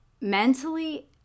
mentally